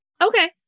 okay